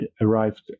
arrived